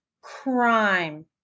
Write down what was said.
crime